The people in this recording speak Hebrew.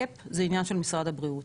קאפ זה עניין של משרד הבריאות.